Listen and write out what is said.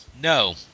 no